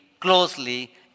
closely